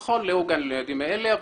נכון, לא הגענו ליעדים האלה.